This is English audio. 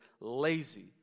lazy